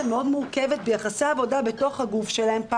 מאוד מורכבת ביחסי עבודה בתוך הגוף שלהם.